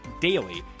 daily